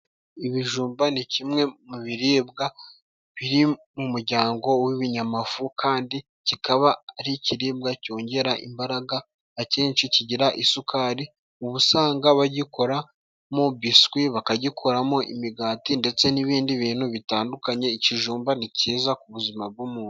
Ibijumba ni kimwe mu biribwa biri mu mujyango w'ibinyamafu kandi kikaba ari ikiribwa cyongera imbaraga, akenshi kigira isukari ubu usanga bagikoramo biswi, bakagikoramo imigati ndetse n'ibindi bintu bitandukanye, ikijumba ni cyiza ku buzima bw'umuntu.